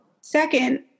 Second